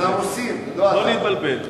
לא להתבלבל.